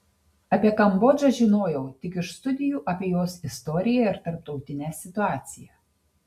apie kambodžą žinojau tik iš studijų apie jos istoriją ir tarptautinę situaciją